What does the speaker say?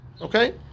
Okay